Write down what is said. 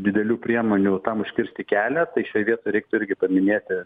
didelių priemonių tam užkirsti kelią tai šioj vietoj reiktų irgi paminėti